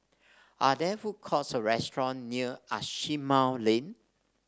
are there food courts or restaurant near Asimont Lane